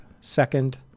Second